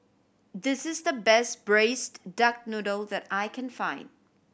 this is the best Braised Duck Noodle that I can find